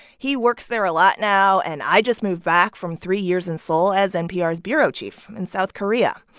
he works there a lot now, and i just moved back from three years in seoul as npr's bureau chief in south korea.